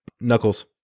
Knuckles